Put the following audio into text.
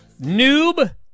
noob